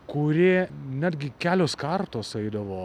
kurie netgi kelios kartos eidavo